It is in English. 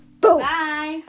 Bye